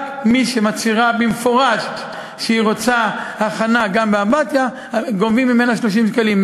רק מי שמצהירה במפורש שהיא רוצה הכנה גם באמבטיה גובים ממנה 30 שקלים.